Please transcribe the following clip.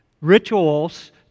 rituals